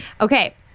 Okay